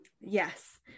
Yes